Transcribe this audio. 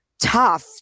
tough